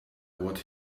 what